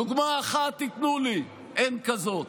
דוגמה אחת תיתנו לי, אין כזאת.